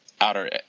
outer